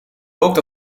dat